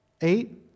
Eight